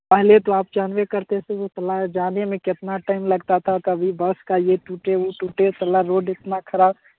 पहले तो आप जानबे करते थे कि साला जाने में कितना टाइम लगता था कभी बस का ये टूटे वो टूटे साला रोड इतना खराब